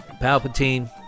Palpatine